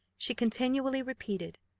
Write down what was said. she continually repeated,